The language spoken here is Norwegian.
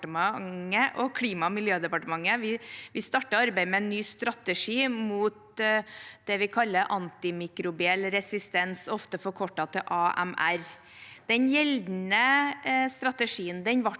og Klima- og miljødepartementet, starter arbeidet med en ny strategi mot det vi kaller antimikrobiell resistens, ofte forkortet til AMR. Den gjeldende strategien ble